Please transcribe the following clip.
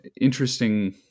interesting